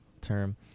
term